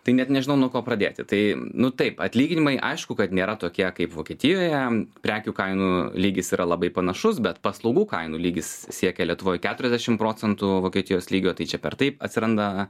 tai net nežinau nuo ko pradėti tai nu taip atlyginimai aišku kad nėra tokie kaip vokietijoje prekių kainų lygis yra labai panašus bet paslaugų kainų lygis siekia lietuvoj keturiasdešim procentų vokietijos lygio tai čia per taip atsiranda